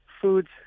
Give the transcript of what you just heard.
foods